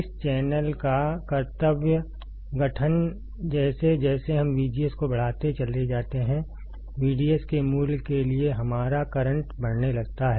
इस चैनल का कर्तव्य गठन जैसे जैसे हम VGS को बढ़ाते चले जाते हैं VDS के मूल्य के लिए हमारा करंट बढ़ने लगता है